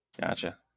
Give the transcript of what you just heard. Gotcha